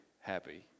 happy